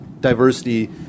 diversity